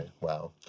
Wow